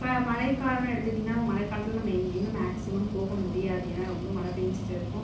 இப்போ மழைக்காலம்ன்னு எடுத்துகிட்டிங்கன்னா மழைக்காலத்தில் நம்ம எங்கேயுமே மேக்ஸிமம் போக முடியாது என்ன ரொம்ப மழை பெஞ்சிட்டு இருக்கும்